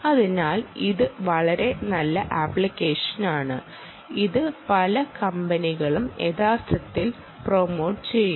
അതിനാൽ ഇത് വളരെ നല്ല ആപ്ലിക്കേഷനാണ് ഇത് പല കമ്പനികളും യഥാർത്ഥത്തിൽ പ്രൊമോട്ട് ചെയ്യുന്നു